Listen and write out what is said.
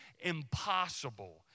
impossible